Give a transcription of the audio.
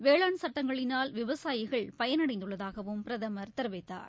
வேளாண் சட்டங்களினால் விவசாயிகள் பயனடைந்துள்ளதாகவும் பிரதமர் தெரிவித்தார்